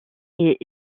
est